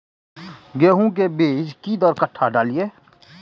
गेंहू के बीज कि दर कट्ठा डालिए?